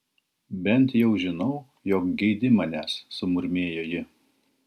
bent jau žinau jog geidi manęs sumurmėjo ji